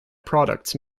products